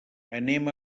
anem